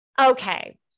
okay